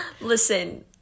Listen